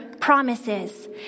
Promises